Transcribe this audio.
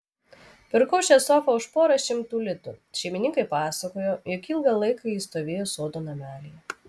pirkau šią sofą už porą šimtų litų šeimininkai pasakojo jog ilgą laiką ji stovėjo sodo namelyje